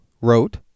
wrote